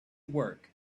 work